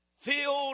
Filled